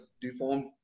deformed